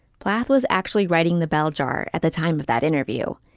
plath was actually writing the bell jar at the time of that interview.